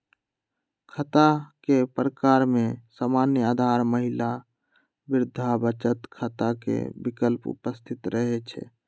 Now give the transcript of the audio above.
खता के प्रकार में सामान्य, आधार, महिला, वृद्धा बचत खता के विकल्प उपस्थित रहै छइ